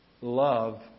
love